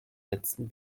setzten